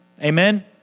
Amen